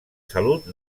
salut